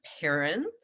parents